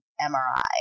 MRI